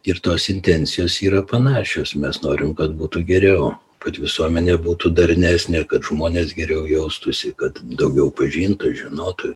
ir tos intencijos yra panašios mes norim kad būtų geriau kad visuomenė būtų darnesnė ir kad žmonės geriau jaustųsi kad daugiau pažintų žinotų